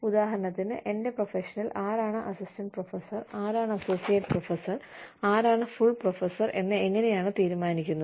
ഉദാഹരണത്തിന് എന്റെ പ്രൊഫഷനിൽ ആരാണ് അസിസ്റ്റന്റ് പ്രൊഫസർ ആരാണ് അസോസിയേറ്റ് പ്രൊഫസർ ആരാണ് ഫുൾ പ്രൊഫസർ എന്ന് എങ്ങിനെയാണ് തീരുമാനിക്കുന്നത്